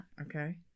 okay